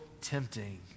tempting